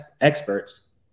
experts